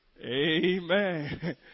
Amen